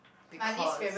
because